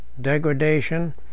degradation